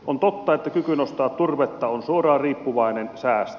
on totta että kyky nostaa turvetta on suoraan riippuvainen säästä